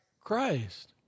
Christ